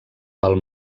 pel